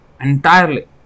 entirely